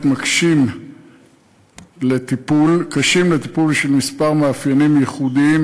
קשים לטיפול בשל כמה מאפיינים ייחודיים: